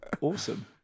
Awesome